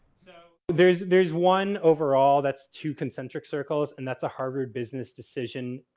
so, there's there's one overall. that's two concentric circles and that's a harvard business decision,